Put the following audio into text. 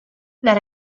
that